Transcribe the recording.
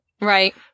Right